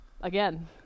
again